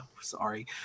sorry